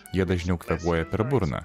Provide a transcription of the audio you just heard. jie dažniau kvėpuoja per burną